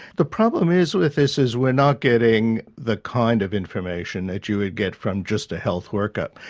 the problem is with this is we're not getting the kind of information that you would get from just a health work-up.